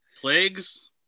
plagues